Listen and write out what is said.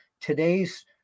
today's